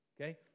Okay